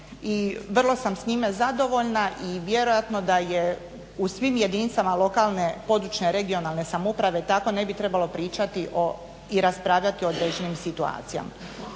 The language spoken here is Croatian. vrlo sam s njime zadovoljna i vjerojatno da je u svim jedinicama lokalne, područne (regionalne) samouprave tako ne bi trebalo pričati o, i raspravljati o određenim situacijama,